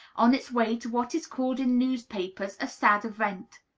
on its way to what is called in newspapers a sad event.